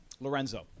Lorenzo